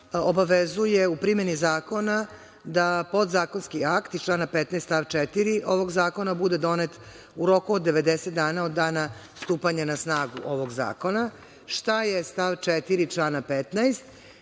obavezuje u primeni zakona da podzakonski akt iz člana 15. stav 4. ovog zakona bude donet u roku od 90 dana od dana stupanja na snagu ovog zakona. Šta je stav 4. člana 15?